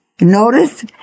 Notice